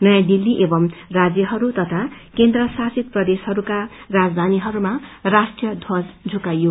नयाँ दिल्ली एवं राज्यहरू तया केन्द्र शासित प्रदेशहरूका राजयानीहरूमा राष्ट्रीय ध्वज झुकाइयो